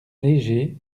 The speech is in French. légers